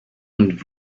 und